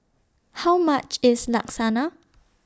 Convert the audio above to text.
How much IS Lasagna